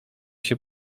się